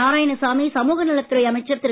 நாராயணசாமி சமூக நலத்துறை அமைச்சர் திரு